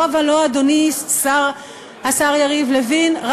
לא ולא, אדוני השר יריב לוין.